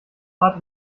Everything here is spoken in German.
art